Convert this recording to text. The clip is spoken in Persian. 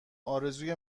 ارزوی